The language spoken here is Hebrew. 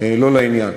לא לעניין.